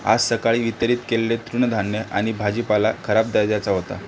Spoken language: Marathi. आज सकाळी वितरित केलेले तृणधान्य आणि भाजीपाला खराब दर्जाचा होता